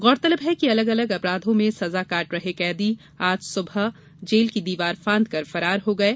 गौरतलब है कि अलग अलग अपराधों में सजा काट रहे कैदी आज सुबह जेल की दीवार फांदकर फरार हो गये